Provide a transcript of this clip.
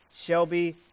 Shelby